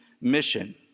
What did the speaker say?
mission